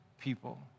people